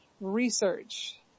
research